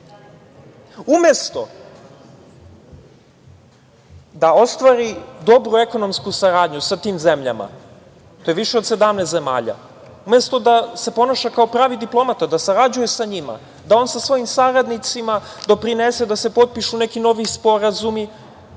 svetu. Umesto da ostvari dobru ekonomsku saradnju sa tim zemljama, to je više od 17 zemalja, umesto da se ponaša kao pravi diplomata, da sarađuje sa njima, da on sa svojim saradnicima doprinese da se potpišu neki novi sporazumi,